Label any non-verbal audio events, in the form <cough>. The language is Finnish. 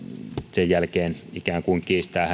sen jälkeen ikään kuin kiistää <unintelligible>